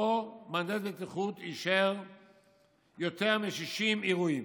אותו מהנדס בטיחות אישר יותר מ-60 אירועים?